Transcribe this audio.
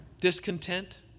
discontent